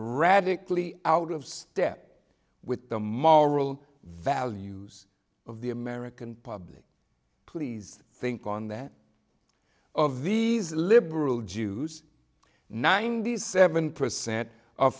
radically out of step with the moral values of the american public please think on that of these liberal jews ninety seven percent